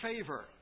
favor